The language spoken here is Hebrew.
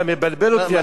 אתה מבלבל אותי,